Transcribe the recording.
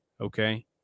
Okay